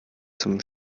zum